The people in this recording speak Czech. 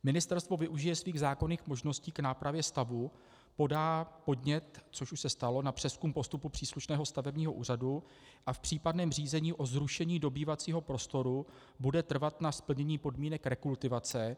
Ministerstvo využije svých zákonných možností k nápravě stavu, podá podnět, což už se stalo, na přezkum postupu příslušného stavebního úřadu a v případném řízení o zrušení dobývacího prostoru bude trvat na splnění podmínek rekultivace.